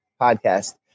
podcast